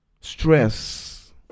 stress